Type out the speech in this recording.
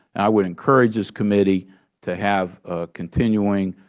i would encourage this committee to have continuing